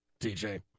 TJ